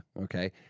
okay